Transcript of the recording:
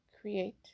create